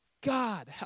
god